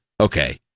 okay